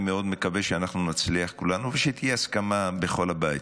ואני מאוד מקווה שאנחנו נצליח כולנו ושתהיה הסכמה בכל הבית,